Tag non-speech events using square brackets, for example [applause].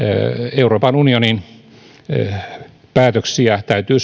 euroopan unionin päätöksiä täytyy [unintelligible]